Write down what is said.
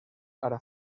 ara